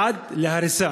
עד להריסה.